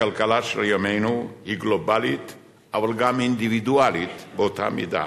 הכלכלה של ימינו היא גלובלית אבל גם אינדיבידואלית באותה מידה.